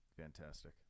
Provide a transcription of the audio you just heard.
Fantastic